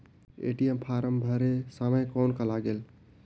ATM फारम भरे समय कौन का लगेल?